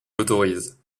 autorise